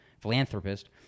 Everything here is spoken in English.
philanthropist